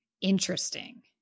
interesting